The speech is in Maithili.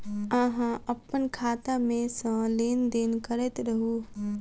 अहाँ अप्पन खाता मे सँ लेन देन करैत रहू?